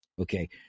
Okay